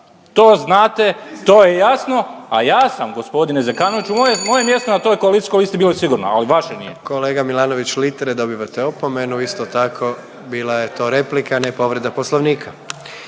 To znate, to je jasno, a ja sam gospodine Zekanoviću moje, moje mjesto na toj koalicijskoj listi bilo je sigurno, ali vaše nije. **Jandroković, Gordan (HDZ)** Kolega Milanović Litre dobivate opomenu, isto tako bila je to replika, a ne povreda Poslovnika.